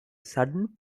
sudden